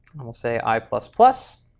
and we'll say i plus plus.